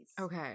Okay